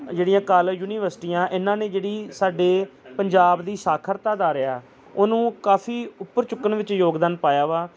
ਜਿਹੜੀਆਂ ਕਾਲਜ ਯੂਨੀਵਸਟੀਆਂ ਇਹਨਾਂ ਨੇ ਜਿਹੜੀ ਸਾਡੇ ਪੰਜਾਬ ਦੀ ਸਾਖਰਤਾ ਦਰ ਆ ਉਹਨੂੰ ਕਾਫ਼ੀ ਉੱਪਰ ਚੁੱਕਣ ਵਿੱਚ ਯੋਗਦਾਨ ਪਾਇਆ ਵਾ